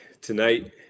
tonight